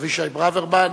אבישי ברוורמן,